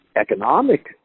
economic